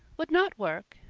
would not work,